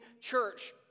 church